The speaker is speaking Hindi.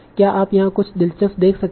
क्या आप यहां कुछ दिलचस्प देख सकते हैं